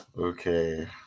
Okay